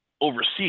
overseas